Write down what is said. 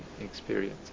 experience